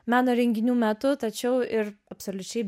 meno renginių metu tačiau ir absoliučiai